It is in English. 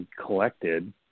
collected